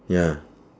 ya